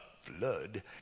flood